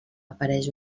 apareix